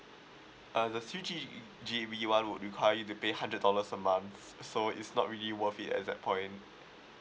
uh the three G~ G_B [one] would require you to pay hundred dollars a month so it's not really worth it at that point